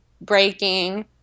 breaking